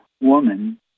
woman